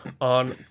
on